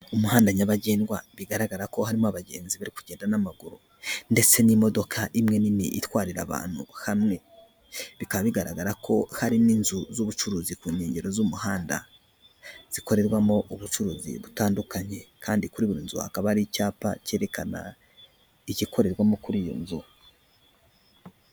Umuhanda nyabagendwa bigaragara ko harimo abagenzi bari kugenda n'amaguru ndetse n'imodoka imwe nini itwarira abantu hamwe, bikaba bigaragara ko hari n'inzu z'ubucuruzi ku nkengero z'umuhanda zikorerwamo ubucuruzi butandukanye kandi kuri buri nzukaba ari icyapa cyerekana igikorerwamo kuri iyo nzu.